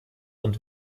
und